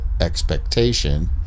expectation